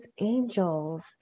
angels